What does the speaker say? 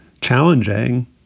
challenging